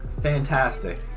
fantastic